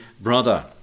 brother